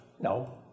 No